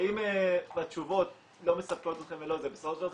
ואם התשובות לא מספקות אתכם בסך הכול זה